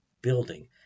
building